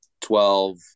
Twelve